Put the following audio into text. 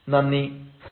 നന്ദി